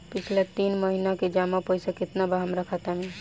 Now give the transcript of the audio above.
पिछला तीन महीना के जमा पैसा केतना बा हमरा खाता मे?